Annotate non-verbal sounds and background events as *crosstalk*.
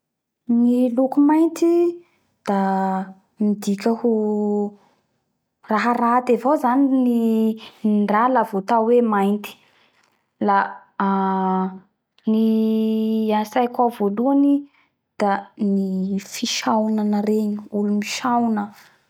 Gny loko mainty i da midika ho raha raty avao zany raha la vo atao ho mainty la aaaa ny ny *hesitation* raha atsaiko ao voalohany da fisaonana regny olo misaona regny